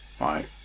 Right